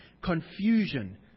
confusion